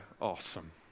awesome